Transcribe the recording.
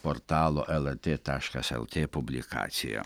portalo lrt taškas lt publikacija